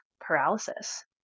paralysis